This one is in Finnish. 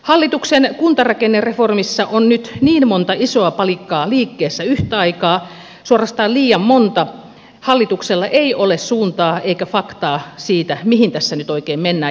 hallituksen kuntarakennereformissa on nyt niin monta isoa palikkaa liikkeessä yhtä aikaa suorastaan liian monta että hallituksella ei ole suuntaa eikä faktaa siitä mihin tässä nyt oikein mennään